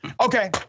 Okay